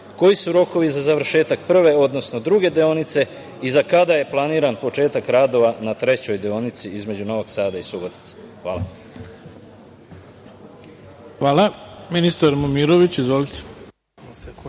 koji su rokovi za završetak prve, odnosno druge deonice i za kada je planiran početak radova na trećoj deonici između Novog Sada i Subotice? Hvala. **Ivica Dačić** Hvala. Reč ima ministar Momirović. Izvolite.